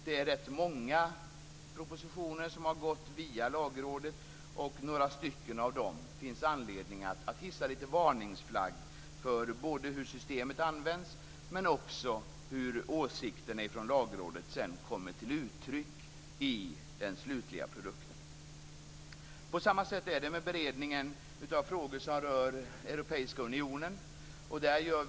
Det är ganska många propositioner som har gått via Lagrådet. För några av dem finns det anledning att hissa varningsflagg när det gäller hur systemet används och när det gäller hur åsikterna från Lagrådet sedan kommer till uttryck i den slutliga produkten. På samma sätt är det med beredningen av frågor som rör Europeiska unionen.